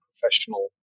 professional